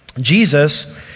Jesus